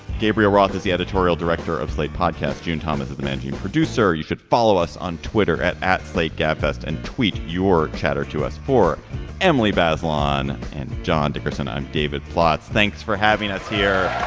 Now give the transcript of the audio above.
gabriel roth as the editorial director of slate podcast june thomas is the managing producer you should follow us on twitter at at slate gabfest and tweet your chatter to us for emily bazelon and john dickerson. i'm david plotz thanks for having us here.